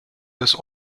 des